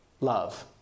love